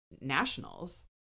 nationals